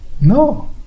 no